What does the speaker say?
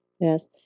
Yes